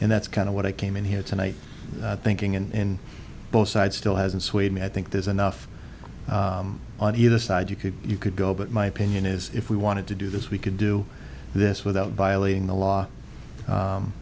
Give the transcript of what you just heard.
and that's kind of what i came in here tonight thinking in both sides still hasn't swayed me i think there's enough on either side you could you could go but my opinion is if we wanted to do this we could do this without violating the law